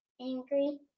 Angry